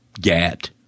get